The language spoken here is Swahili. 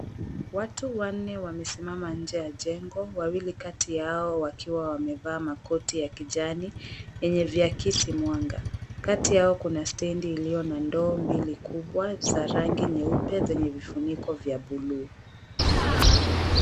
Watu wanne wamesimama nje ya jengo wawili kati yao wakiwa wamevaa makoti ya kijani yenye viakisi mwanga, kati yao kuna stendi iliyo na ndoo mbili kubwa za rangi nyeupe zenye vifuniko vya bluu.